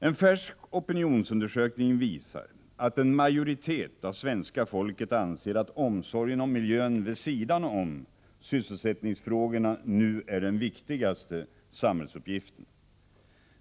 En färsk opinionsundersökning visar att en majoritet av svenska folket anser att omsorgen om miljön vid sidan om sysselsättningsfrågorna nu är den viktigaste samhällsuppgiften.